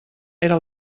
era